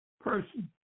person